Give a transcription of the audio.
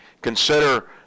Consider